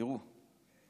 תראו,